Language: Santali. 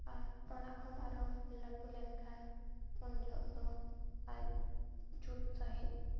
ᱟᱨ ᱚᱱᱟ ᱠᱷᱚᱱ ᱟᱨᱦᱚᱸ ᱞᱟᱹᱴᱩ ᱞᱮᱱᱠᱷᱟᱱ ᱩᱱᱡᱚᱦᱚᱜ ᱫᱚ ᱟᱡ ᱡᱩᱛ ᱥᱟᱺᱦᱤᱡ